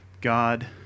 God